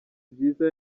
byiza